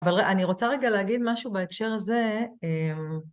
אבל אני רוצה רגע להגיד משהו בהקשר הזה.